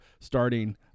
starting